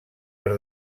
per